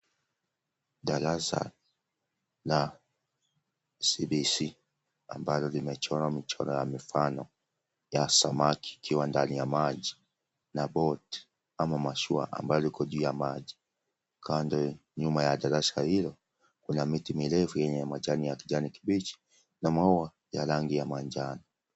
Darasa la (cs)CBC(cs) ambalo limechorwa michoro ya mifano ya samaki ikiwa ndani ya maji na boti ama mashua ambalo liko juu ya maji, kando nyuma ya darasa hilo kuna miti mirefu yenye majani ya kijani kibichi na maua ya rangi ya manjano.